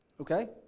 okay